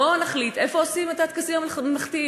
בוא נחליט איפה עושים את הטקסים הממלכתיים.